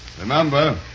Remember